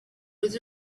was